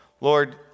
Lord